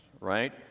Right